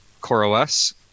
CoreOS